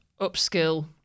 upskill